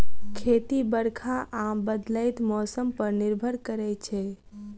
खेती बरखा आ बदलैत मौसम पर निर्भर करै छै